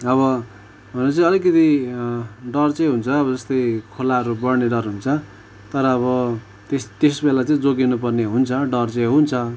अब हुनु चाहिँ अलिकति डर चाहिँ हुन्छ जस्तै खोलाहरू बढ्ने डर हुन्छ तर अब त्यस त्यसबेला चाहिँ जोगिनु पर्ने हुन्छ डर चाहिँ हुन्छ